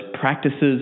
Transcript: practices